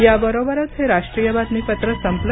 याबरोबरच हे राष्ट्रीय बातमीपत्र संपलं